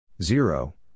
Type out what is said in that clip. Zero